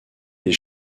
des